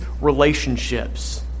relationships